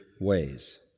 ways